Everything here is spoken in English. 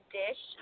dish